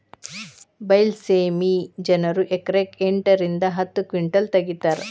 ಬೈಲಸೇಮಿ ಜನರು ಎಕರೆಕ್ ಎಂಟ ರಿಂದ ಹತ್ತ ಕಿಂಟಲ್ ತಗಿತಾರ